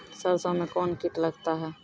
सरसों मे कौन कीट लगता हैं?